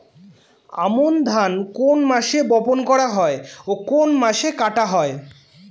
আমন ধান কোন মাসে বপন করা হয় ও কোন মাসে কাটা হয়?